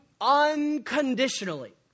unconditionally